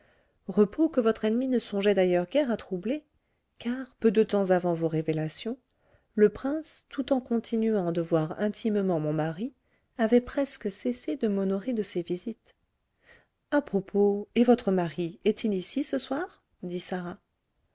repos que votre ennemi ne songeait d'ailleurs guère à troubler car peu de temps avant vos révélations le prince tout en continuant de voir intimement mon mari avait presque cessé de m'honorer de ses visites à propos et votre mari est-il ici ce soir dit sarah